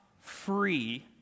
free